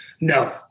No